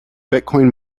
bitcoin